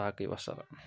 باقٕے وَسَلام